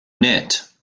knit